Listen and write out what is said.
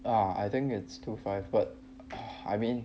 uh I think it's two five butt I mean